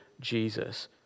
Jesus